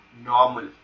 normal